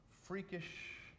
freakish